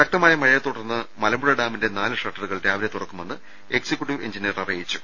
ശക്തമായ മഴയെ തുടർന്ന് മലമ്പുഴ ഡാമിന്റെ നാലു ഷട്ടറുകൾ രാവിലെ തുറക്കുമെന്ന് എക്സിക്യൂട്ടീവ് എഞ്ചിനി യർ അറിയിച്ചു